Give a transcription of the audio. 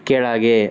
ಕೆಳಗೆ